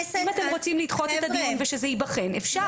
אם אתם רוצים לדחות את הדיון ושזה ייבחן, אפשר.